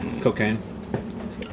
Cocaine